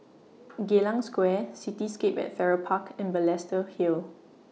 Geylang Square Cityscape At Farrer Park and Balestier Hill